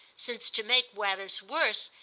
since, to make matters worse,